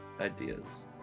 ideas